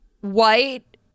white